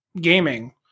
gaming